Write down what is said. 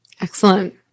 Excellent